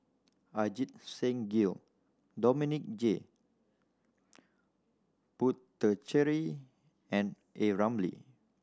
Ajit Singh Gill Dominic J Puthucheary and A Ramli